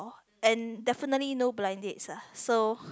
and definitely no blind dates lah so